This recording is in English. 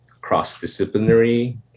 cross-disciplinary